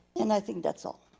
and i think that's all.